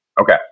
okay